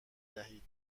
دهید